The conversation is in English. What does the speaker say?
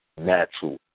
natural